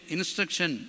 Instruction